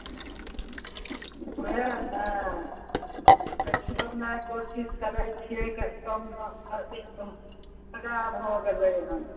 ओहए ने देखियौ ने कोशिश करैत छियै कहीँ कम दाम अथी सब सजाए भऽ गेलै हँ